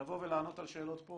לבוא ולענות על שאלות פה